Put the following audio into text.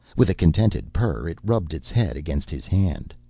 with a contented purr, it rubbed its head against his hand.